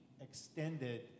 extended